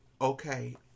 Okay